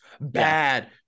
bad